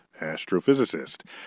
astrophysicist